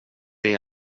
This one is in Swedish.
det